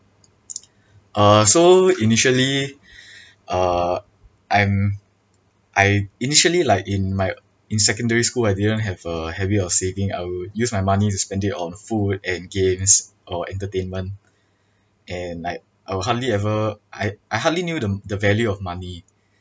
uh so initially uh I'm I initially like in my in secondary school I didn't have a habit of saving I would use my money to spend it on food and games or entertainment and like I would hardly ever I I hardly knew the the value of money